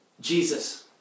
Jesus